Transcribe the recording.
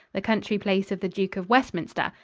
the country place of the duke of westminster,